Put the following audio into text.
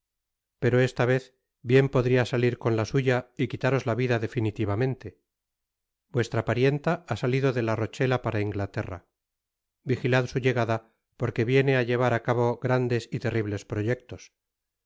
pero esta vez bien podría salir con la suya y quitaros la vida definitivamente vuestra parienta ha salido de la rochela para inglaterra vijilad su llegada porque viene á llevará cabo grandes y terribles proyectos